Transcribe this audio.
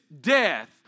death